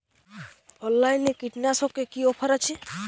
অনলাইনে কীটনাশকে কি অফার আছে?